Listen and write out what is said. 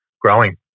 growing